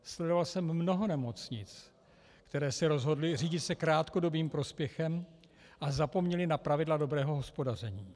Sledoval jsem mnoho nemocnic, které se rozhodly řídit krátkodobým prospěchem a zapomněly na pravidla dobrého hospodaření.